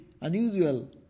unusual